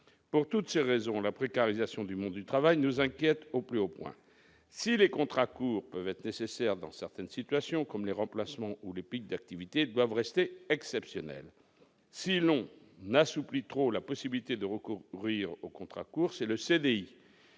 pour toutes ces raisons, la précarisation du monde du travail nous inquiète au plus haut point si les contrats courts peuvent être nécessaire dans certaines situations, comme les remplacements ou les pics d'activité doivent rester exceptionnelles, si l'on n'assouplit trop la possibilité de recours ouvrir aux contrats courts, c'est le CDI,